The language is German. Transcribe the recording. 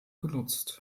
genutzt